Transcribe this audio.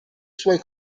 suoi